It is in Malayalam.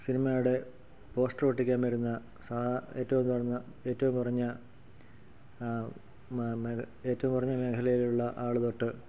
സിനിമയുടെ പോസ്റ്ററൊട്ടിക്കാൻ വരുന്ന സാധാ ഏറ്റവും താഴ്ന്ന ഏറ്റവും കുറഞ്ഞ മേഘ ഏറ്റവും കുറഞ്ഞ മേഘലയിലുള്ള ആൾ തൊട്ട്